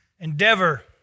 endeavor